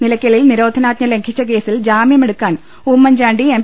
നിലയ്ക്കലിൽ നിരോധനാജ്ഞ ലംഘിച്ച കേസിൽ ജാമ്യം എടുക്കാൻ ഉമ്മൻചാണ്ടി എം